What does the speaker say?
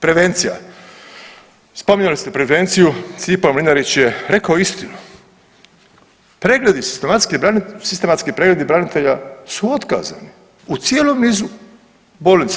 Prevencija, spominjali ste prevenciju, Stipo Mlinarić je rekao istinu, pregledi, sistematski pregledi branitelja su otkazani u cijelom nizu bolnica.